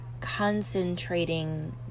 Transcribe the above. concentrating